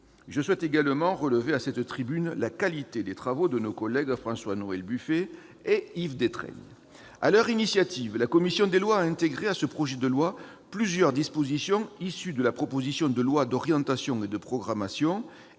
Je souhaite également relever à cette tribune la qualité des travaux menés par nos collègues François-Noël Buffet et Yves Détraigne. Sur leur initiative, la commission a inséré dans ces projets de loi plusieurs dispositions issues de la proposition de loi d'orientation et de programmation